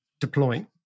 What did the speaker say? deploying